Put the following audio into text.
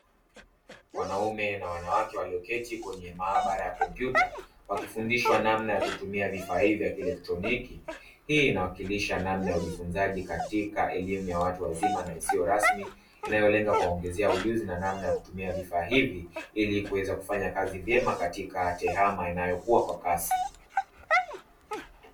Wanaume na wanawake walioketi katika maabara ya kompyuta, wakifundishwa namna ya kutumia vifaa hivi vya kielektroniki. Hii inawakilisha namna ya ujifunzaji katika elimu ya watu wazima na isiyo rasmi inayolenga kuwaongezea ujuzi na namna ya kutumia vifaa hivi ili kuweza fanya kazi vyema katika tehama inayokua kwa kasi.